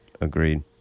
Agreed